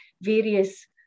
various